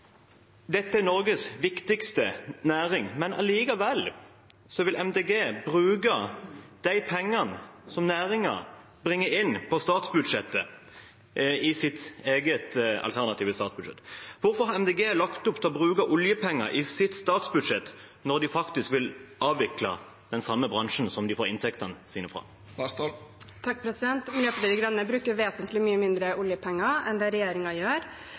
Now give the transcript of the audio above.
Dette er Norges viktigste næring, men allikevel vil MDG bruke de pengene som næringen bringer inn på statsbudsjettet, i sitt eget alternative statsbudsjett. Hvorfor har MDG lagt opp til å bruke oljepenger i sitt statsbudsjett, når de faktisk vil avvikle den samme bransjen som de får inntektene sine fra? Miljøpartiet De Grønne bruker vesentlig mye mindre oljepenger enn det regjeringen gjør.